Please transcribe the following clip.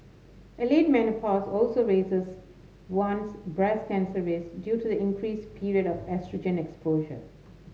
a late menopause also raises one's breast cancer risks due to the increase period of oestrogen exposure